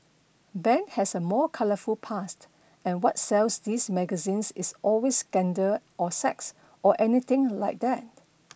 Ben has a more colourful past and what sells these magazines is always scandal or sex or anything like that